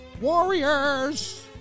Warriors